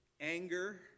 anger